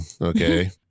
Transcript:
Okay